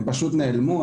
הם פשוט נעלמו?